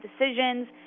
decisions